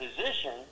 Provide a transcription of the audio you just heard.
position